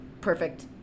perfect